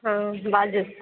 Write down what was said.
हँ बाजु